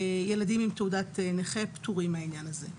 ילדים עם תעודת נכה פטורים מהעניין הזה.